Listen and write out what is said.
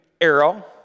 arrow